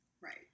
right